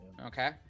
Okay